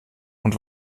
und